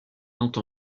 peinte